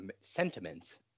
sentiments